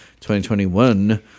2021